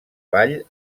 vall